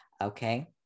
Okay